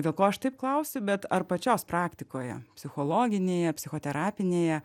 dėl ko aš taip klausiu bet ar pačios praktikoje psichologinėje psichoterapinėje